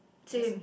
same